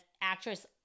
Actress